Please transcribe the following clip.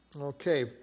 Okay